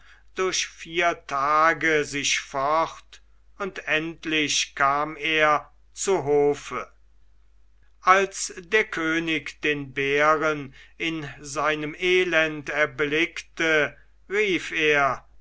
durch vier tage sich fort und endlich kam er zu hofe als der könig den bären in seinem elend erblickte rief er